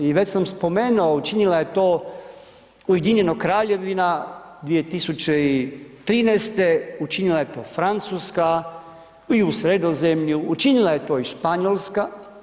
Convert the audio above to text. I već sam spomenuo, učinila je to Ujedinjena Kraljevina 2013., učinila je to Francuska i u Sredozemlju, učinila je to i Španjolska.